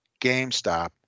GameStop